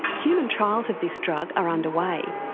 human trials of this drug are under way.